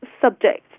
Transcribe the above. subject